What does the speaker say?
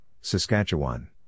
Saskatchewan